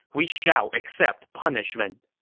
we shall accept punishment.